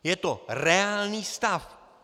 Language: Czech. Je to reálný stav.